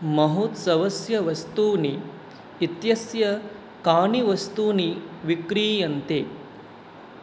महोत्सवस्य वस्तूनि इत्यस्य कानि वस्तूनि विक्रीयन्ते